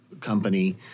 company